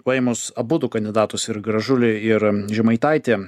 paėmus abudu kandidatus ir gražulį ir žemaitaitį